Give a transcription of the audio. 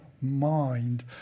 mind